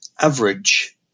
average